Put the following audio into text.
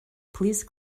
please